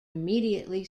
immediately